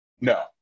No